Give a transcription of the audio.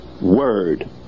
word